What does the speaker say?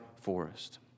forest